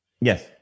Yes